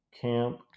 camp